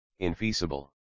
infeasible